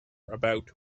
about